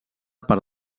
per